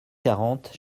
quarante